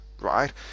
right